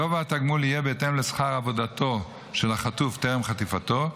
גובה התגמול יהיה בהתאם לשכר עבודתו של החטוף טרם חטיפתו,